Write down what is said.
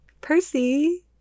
percy